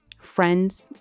friends